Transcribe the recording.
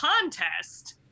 contest